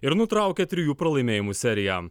ir nutraukė trijų pralaimėjimų seriją